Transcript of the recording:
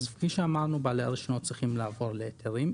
כפי שאמרנו, בעלי הרישיונות צריכים לעבור להיתרים.